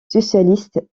socialistes